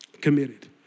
committed